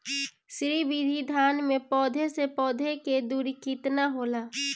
श्री विधि धान में पौधे से पौधे के दुरी केतना होला?